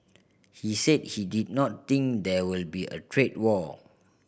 he said he did not think there will be a trade war